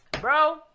Bro